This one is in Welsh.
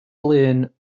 lŷn